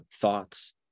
thoughts